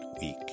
week